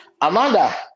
amanda